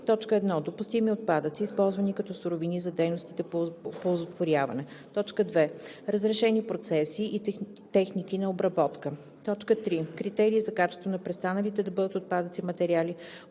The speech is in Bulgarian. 1. допустими отпадъци, използвани като суровини за дейностите по оползотворяване; 2. разрешени процеси и техники на обработка; 3. критерии за качество на престаналите да бъдат отпадъци материали,